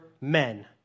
men